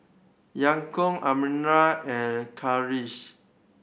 Yaakob Amirah and Khalish